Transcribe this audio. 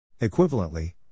Equivalently